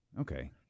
Okay